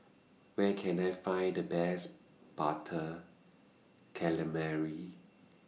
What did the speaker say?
Where Can I Find The Best Butter Calamari